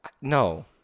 No